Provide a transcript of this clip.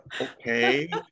okay